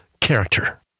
character